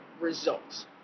results